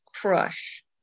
crush